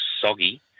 soggy